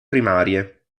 primarie